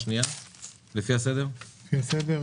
לפי התיאור